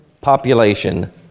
Population